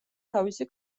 თავისი